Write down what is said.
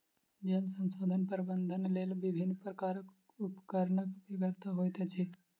जल संसाधन प्रबंधनक लेल विभिन्न प्रकारक उपकरणक बेगरता होइत अछि